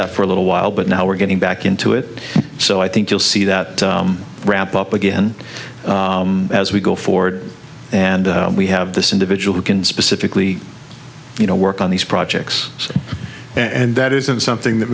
that for a little while but now we're getting back into it so i think you'll see that ramp up again as we go forward and we have this individual who can specifically you know work on these projects and that isn't something that